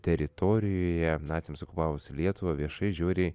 teritorijoje naciams okupavus lietuvą viešai žiauriai